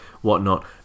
whatnot